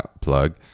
Plug